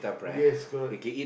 yes correct